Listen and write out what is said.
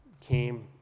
came